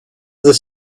the